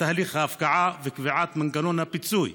בתהליך ההפקעה וקביעת מנגנון הפיצוי.